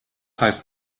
heißt